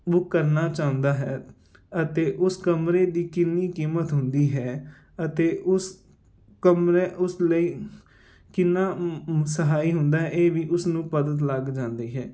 book ਕਰਨਾ ਚਾਹੁੰਦਾ ਹੈ ਅਤੇ ਉਸ ਕਮਰੇ ਦੀ ਕਿੰਨੀ ਕੀਮਤ ਹੁੰਦੀ ਹੈ ਅਤੇ ਉਸ ਕਮਰੇ ਉਸ ਲਈ ਕਿੰਨਾ ਸਹਾਈ ਹੁੰਦਾ ਇਹ ਵੀ ਉਸਨੂੰ ਪਦਤ ਲੱਗ ਜਾਂਦੀ ਹੈ